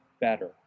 better